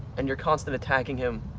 and your constant attacking him,